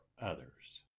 others